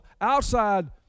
outside